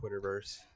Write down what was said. Twitterverse